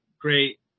Great